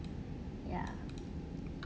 ya